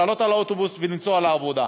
לעלות על האוטובוס ולנסוע לעבודה.